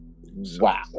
wow